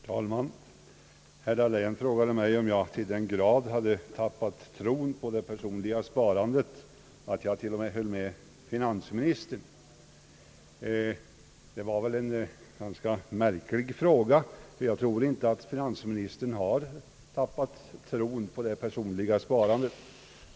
Herr talman! Herr Dahlén frågade mig, om jag till den grad tappat tron på det personliga sparandet att jag till och med höll med finanministern. Det var en ganska märklig fråga. Jag tror nämligen inte att finansministern har tappat tron på det personliga sparandet.